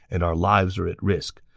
and our lives are at risk.